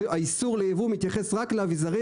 האיסור לייבוא מתייחס רק לאביזרים